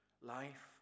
life